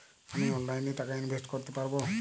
আমি অনলাইনে টাকা ইনভেস্ট করতে পারবো?